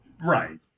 Right